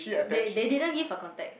they they didn't give a contacts